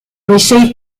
receive